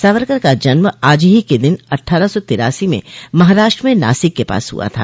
सावरकर का जन्म आज ही के दिन अट्ठारह सौ तिरासी में महाराष्ट्र में नासिक के पास हुआ था